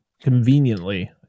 conveniently